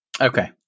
Okay